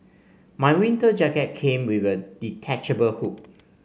my winter jacket came with a detachable hood